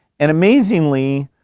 and amazingly,